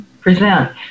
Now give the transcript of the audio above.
present